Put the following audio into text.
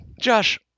Josh